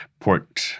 port